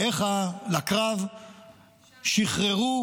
רעיך לקרב שחררו,